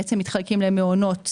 בעצם מתחלקים למעונות סמל,